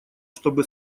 чтобы